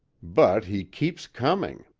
but he keeps coming!